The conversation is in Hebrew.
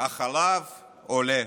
החלב עולה,